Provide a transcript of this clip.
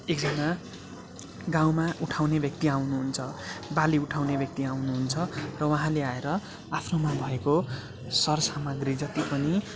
एकजाना गाउँमा उठाउने व्यक्ति आउनुहुन्छ बाली उठाउने व्यक्ति आउनुहुन्छ र उहाँले आएर आफ्नोमा भएको सरसामाग्री जति पनि